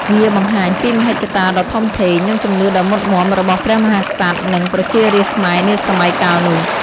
វាបង្ហាញពីមហិច្ឆតាដ៏ធំធេង និងជំនឿដ៏មុតមាំរបស់ព្រះមហាក្សត្រ និងប្រជារាស្ត្រខ្មែរនាសម័យកាលនោះ។